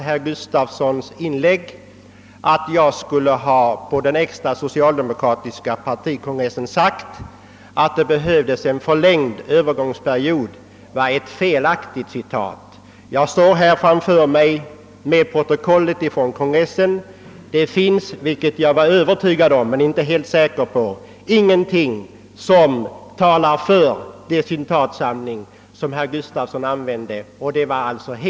Herr Gustafssons påstående, att jag vid den extra socialdemokratiska partikongressen skulle ha sagt, att det behövs en förlängning av övergångsperioden är felaktigt. Framför mig har jag protokollet från kongressen och där finns, såvitt jag kan finna av en snabb genomläsning, ingenting av det som herr Gustafsson yttrade.